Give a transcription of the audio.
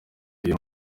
iyo